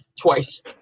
Twice